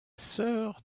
sœur